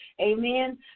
Amen